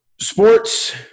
Sports